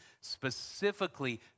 specifically